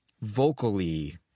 vocally